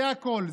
זה הכול.